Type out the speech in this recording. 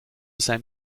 sein